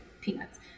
peanuts